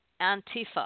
Antifa